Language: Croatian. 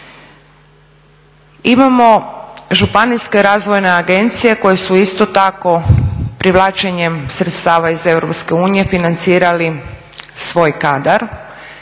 Imamo županijske razvojne agencije koje su isto tako privlačenjem sredstava iz Europske unije financirali svoj kadar,